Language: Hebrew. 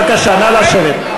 בבקשה, נא לשבת.